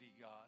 God